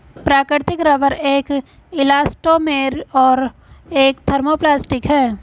प्राकृतिक रबर एक इलास्टोमेर और एक थर्मोप्लास्टिक है